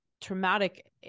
traumatic